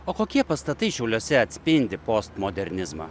o kokie pastatai šiauliuose atspindi postmodernizmą